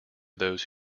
those